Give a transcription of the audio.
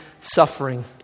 suffering